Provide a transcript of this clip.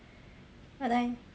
what time